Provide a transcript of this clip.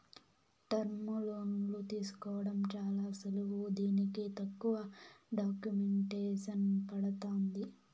టర్ములోన్లు తీసుకోవడం చాలా సులువు దీనికి తక్కువ డాక్యుమెంటేసన్ పడతాంది